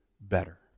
better